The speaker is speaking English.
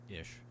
ish